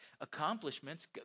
accomplishments